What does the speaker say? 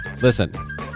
listen